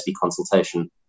consultation